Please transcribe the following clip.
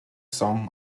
song